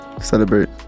celebrate